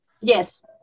Yes